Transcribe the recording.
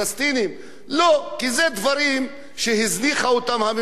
כי זה דברים שהזניחה אותם הממשלה במתכוון,